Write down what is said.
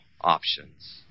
options